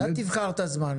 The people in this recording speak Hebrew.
אתה תבחר את הזמן.